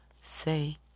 say